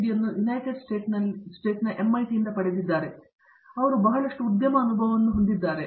D ಅನ್ನು united ಸ್ಟೇಟ್ಸ್ನಲ್ಲಿ ಎಂಐಟಿಯಿಂದ ಪಡೆದಿದ್ದಾರೆ ಮತ್ತು ಅವರು ಬಹಳಷ್ಟು ಉದ್ಯಮ ಅನುಭವವನ್ನು ಹೊಂದಿದ್ದಾರೆ